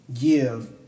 give